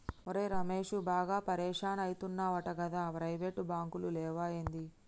ఒరే రమేశూ, బాగా పరిషాన్ అయితున్నవటగదా, ప్రైవేటు బాంకులు లేవా ఏంది